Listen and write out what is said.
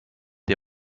dem